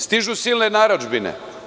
Stižu silne narudžbine.